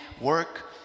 work